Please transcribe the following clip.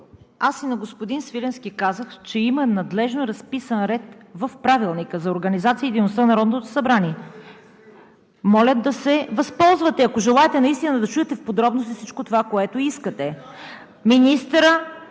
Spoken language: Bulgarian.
аз и на господин Свиленски казах, че има надлежно разписан ред в Правилника за организацията и дейността на Народното събрание. Моля да се възползвате, ако желаете наистина да чуете в подробности всичко това, което искате. Министърът…